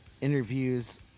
interviews